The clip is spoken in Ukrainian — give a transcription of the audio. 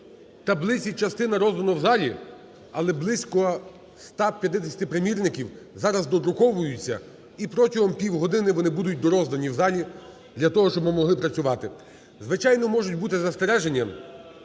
Таблиці частина роздана в залі. Але близько 150 примірників зараз додруковуються і протягом півгодини вони будуть роздані в залі для того, щоб ми могли працювати. Звичайно, можуть бути застереження.